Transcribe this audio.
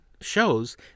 shows